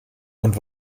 und